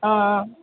ஆ ஆ